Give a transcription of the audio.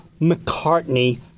McCartney